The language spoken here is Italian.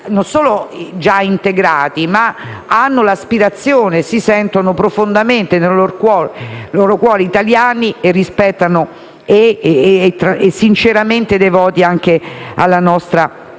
solo sono già integrati, ma hanno l'aspirazione e si sentono profondamente nel loro cuore italiani e sinceramente devoti anche alla nostra